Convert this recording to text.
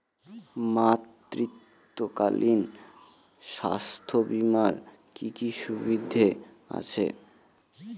মাতৃত্বকালীন স্বাস্থ্য বীমার কি কি সুবিধে আছে?